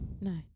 No